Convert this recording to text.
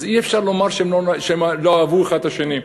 אז אי-אפשר לומר שהם לא אהבו אחד את השני.